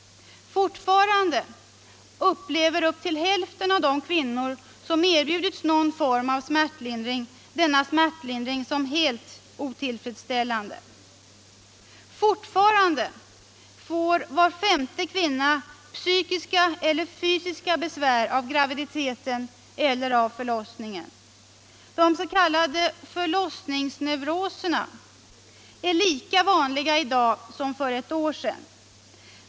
Fortfarande upplever upp till hälften av de kvinnor som erbjudits någon form av smärtlindring denna smärtlindring som helt otillfredsställande. Fortfarande får var femte kvinna psykiska eller fysiska besvär av graviditeten eller av förlossningen. De s.k. förlossningsneuroserna är lika vanliga i dag som för ett år sedan.